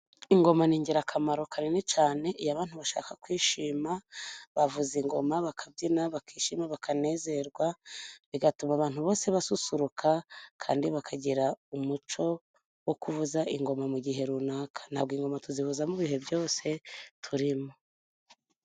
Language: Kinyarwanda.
ingoma igirakamaro kanini cyane. Iyo abantu bashaka kwishima bavuza ingoma, bakabyina bakishima bakanezerwa, bigatuma abantu bose basusuruka, kandi bakagira umuco wo kuvuza ingoma mu gihe runaka. Ntabwo ingoma tuzivuzamo ibihe byose turimo.